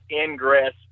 ingress